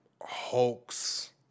hoax